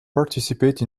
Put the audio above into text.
participate